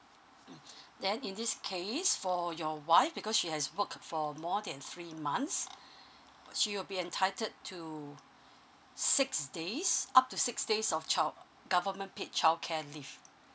then in this case for your wife because she has worked for more than three months she will be entitled to six days up to six days of child government paid childcare leave